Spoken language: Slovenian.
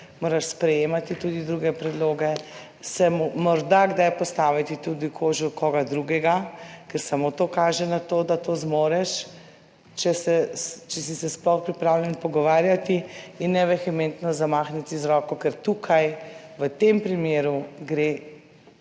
moraš sprejemati tudi druge predloge, se morda kdaj postaviti tudi v kožo koga drugega, ker samo to kaže na to, da to zmoreš, če se, če si se sploh, pripravljen pogovarjati. In ne vehementno zamahniti z roko, ker tukaj v tem primeru gre,